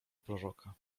proroka